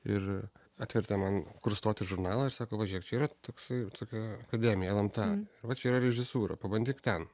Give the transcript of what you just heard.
ir atvertė man kur stoti žurnalą ir sako va žiūrėk čia yra toksai tokia akademijai lmta va čia yra režisūra pabandyk ten